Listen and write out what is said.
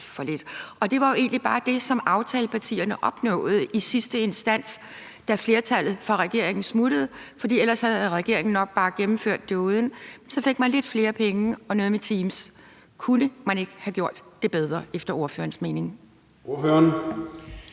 Det var egentlig bare det, som aftalepartierne opnåede i sidste instans, da flertallet smuttede for regering, for ellers havde regeringen nok bare gennemført det uden, og så fik man lidt flere penge og noget med nogle teams. Kunne man ikke have gjort det bedre efter ordførerens mening?